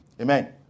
Amen